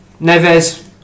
Neves